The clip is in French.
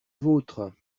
vôtre